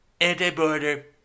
anti-border